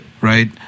Right